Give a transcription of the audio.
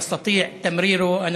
שהצלחנו להעביר במושב הזה,